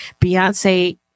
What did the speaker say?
Beyonce